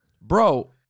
bro